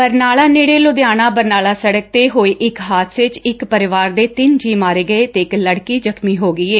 ਬਰਨਾਲਾ ਨੇੜੇ ਲੁਧਿਆਣਾ ਬਰਨਾਲਾ ਸੜਕ ਤੇ ਹੋਏ ਇਕ ਸੜਕ ਹਾਦਸੇ 'ਚ ਇਕ ਪਰਿਵਾਰ ਦੇ ਤਿੰਨ ਜੀਅ ਮਾਰੇ ਗਏ ਅਤੇ ਇੱਕ ਲੜਕੀ ਜ਼ਖਮੀ ਹੋ ਗਈ ਏ